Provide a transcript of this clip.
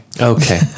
Okay